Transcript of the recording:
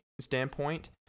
standpoint